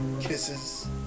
kisses